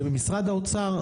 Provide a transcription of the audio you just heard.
שמשרד האוצר,